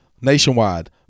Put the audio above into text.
Nationwide